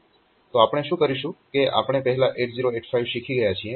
તો આપણે શું કરીશું કે આપણે પહેલા 8085 શીખી ગયા છીએ